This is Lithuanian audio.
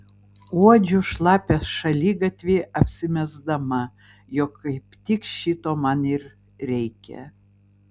uodžiu šlapią šaligatvį apsimesdama jog kaip tik šito man ir reikia